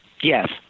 Yes